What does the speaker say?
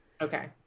okay